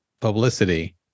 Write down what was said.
publicity